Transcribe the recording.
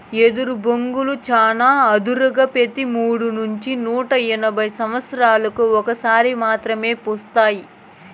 ఎదరు బొంగులు చానా అరుదుగా పెతి మూడు నుంచి నూట యాభై సమత్సరాలకు ఒక సారి మాత్రమే పూస్తాయి